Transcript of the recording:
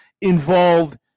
involved